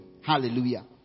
Hallelujah